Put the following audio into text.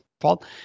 fault